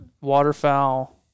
waterfowl